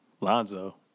Lonzo